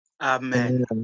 Amen